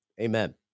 Amen